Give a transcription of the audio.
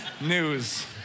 news